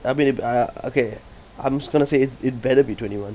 I mean if I I okay I'm just going to say it better be twenty one